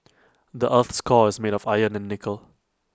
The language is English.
the Earth's core is made of iron and nickel